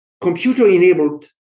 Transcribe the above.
computer-enabled